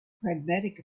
pragmatic